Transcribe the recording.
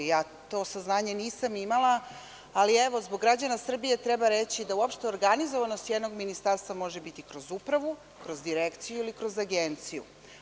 To saznanje nisam imala, ali evo, zbog građana Srbije treba reći da uopšte organizovanost jednog ministarstva može biti kroz upravu, kroz direkciju ili kroz agenciju.